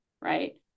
right